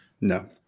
No